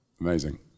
Amazing